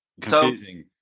confusing